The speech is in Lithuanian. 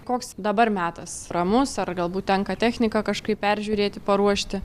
koks dabar metas ramus ar galbūt tenka techniką kažkaip peržiūrėti paruošti